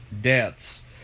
deaths